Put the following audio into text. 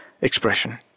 expression